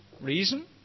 reason